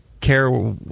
care